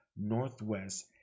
Northwest